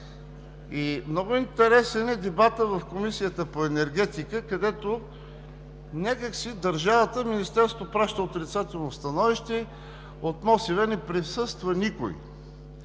Много интересен е дебатът в Комисията по енергетика, където Министерството праща отрицателно становище, от МОСВ не присъства никой.